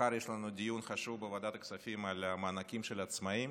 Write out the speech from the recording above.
מחר יש לנו דיון חשוב בוועדת הכספים על המענקים של עצמאים